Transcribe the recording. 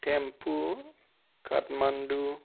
Thimphu Kathmandu